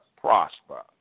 prosper